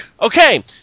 Okay